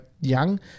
young